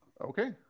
Okay